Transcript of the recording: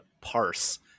parse